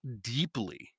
deeply